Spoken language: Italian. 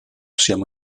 siamo